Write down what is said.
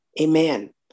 Amen